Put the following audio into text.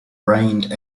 rained